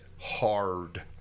hard